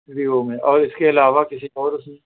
Vivo میں اور اِس کے علاوہ کسی اور اُس میں